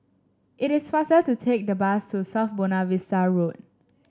it is faster to take the bus to South Buona Vista Road